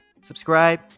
subscribe